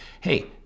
Hey